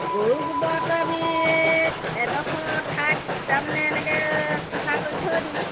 গৰু গোবৰটো আমি এডোখৰ ঠাইত তাৰমানে এনেকৈ চাফা কৰি থৈ দিওঁ